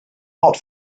hot